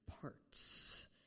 parts